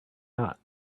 got